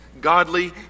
godly